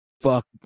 fuck